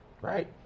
Right